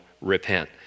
repent